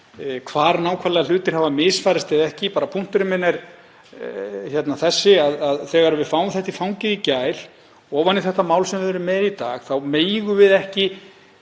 hvar nákvæmlega hlutir hafa misfarist eða ekki. Punkturinn minn er bara þessi: Þegar við fáum þetta í fangið í gær ofan í þetta mál sem við erum með í dag þá megum við ekki